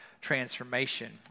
transformation